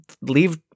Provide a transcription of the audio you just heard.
leave